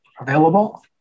available